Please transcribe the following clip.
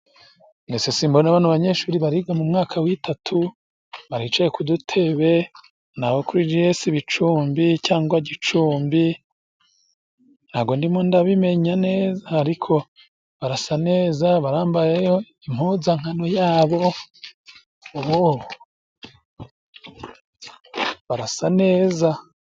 Ese simbona bano banyeshuri bariga mu mwaka w'itatu, baricaye ku dutebe ni abo kuri Giyesi bicumbi cyangwa gicumbi, ntango ndimo ndabimenya neza ariko barasa neza. Barambayeyo impunzankano yabo bo barasa neza.